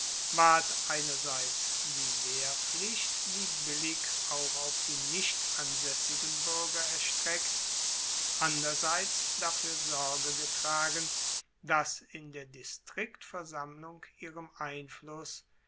ward einerseits die wehrpflicht wie billig auch auf die nicht ansaessigen buerger erstreckt anderseits dafuer sorge getragen dass in der distriktversammlung ihrem einfluss